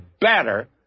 better